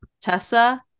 Tessa